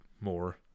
more